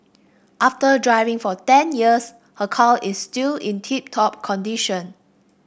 after driving for ten years her car is still in tip top condition